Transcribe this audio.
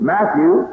Matthew